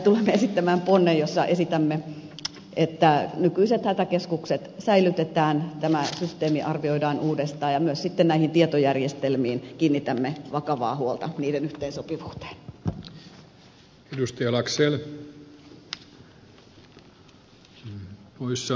tulemme esittämään ponnen jossa esitämme että nykyiset hätäkeskukset säilytetään tämä systeemi arvioidaan uudestaan ja myös sitten näihin tietojärjestelmiin kiinnitämme vakavaa huolta niiden yhteensopivuuteen